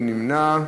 מי נמנע?